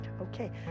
Okay